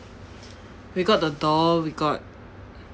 we got the door we got